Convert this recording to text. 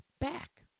back